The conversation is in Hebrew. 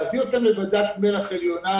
להביא אותם לוועדת מל"ח עליונה,